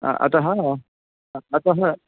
अतः अतः